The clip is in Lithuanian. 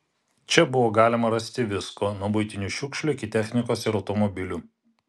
čia buvo galima rasti visko nuo buitinių šiukšlių iki technikos ir automobilių